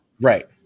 Right